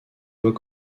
voies